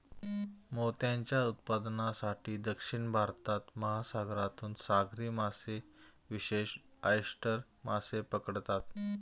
मोत्यांच्या उत्पादनासाठी, दक्षिण भारतात, महासागरातून सागरी मासेविशेषज्ञ ऑयस्टर मासे पकडतात